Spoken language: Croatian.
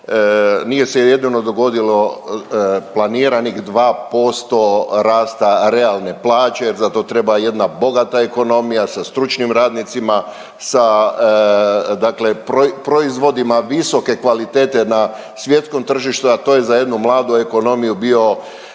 nije se jedino dogodilo planiranih 2% rasta realne plaće jer za to treba jedna bogata ekonomija sa stručnim radnicima, sa dakle proi…, proizvodima visoke kvalitete na svjetskom tržištu, a to je za jednu mladu ekonomiju bio